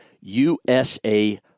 USA